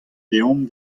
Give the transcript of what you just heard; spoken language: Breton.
deomp